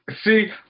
See